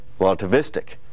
relativistic